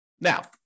Now